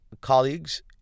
colleagues